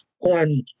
on